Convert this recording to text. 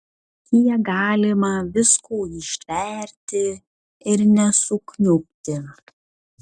kiek galima visko ištverti ir nesukniubti